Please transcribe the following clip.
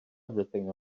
everything